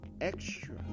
extra